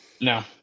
No